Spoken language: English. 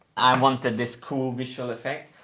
i wanted this cool visual effect.